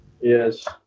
Yes